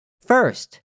First